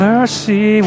Mercy